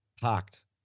parked